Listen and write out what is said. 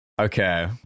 Okay